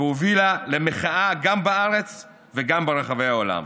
והובילה למחאה, גם בארץ וגם ברחבי העולם.